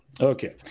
Okay